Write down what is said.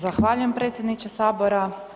Zahvaljujem predsjedniče Sabora.